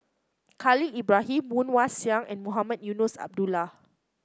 Khalil Ibrahim Woon Wah Siang and Mohamed Eunos Abdullah